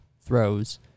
throws